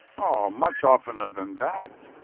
oh, much oftener than that.